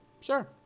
Sure